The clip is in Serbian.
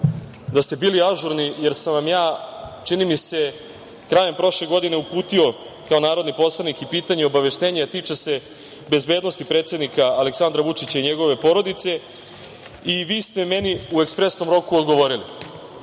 da ste bili ažurni, jer sam vam ja čini mi se krajem prošle godine uputio, kao narodni poslanik i pitanje i obaveštenje, a tiče se bezbednosti predsednika Aleksandra Vučića i njegove porodice, i vi ste meni u ekspresnom roku odgovorili. Nisam